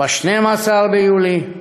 וב-12 ביולי,